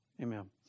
Amen